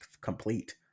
complete